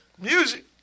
music